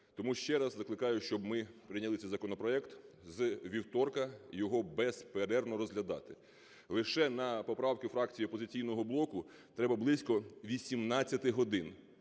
Тому ще раз закликаю, щоб ми прийняли цей законопроект, з вівторка його безперервно розглядати. Лише на поправки фракції "Опозиційного блоку" треба близько 18 годин,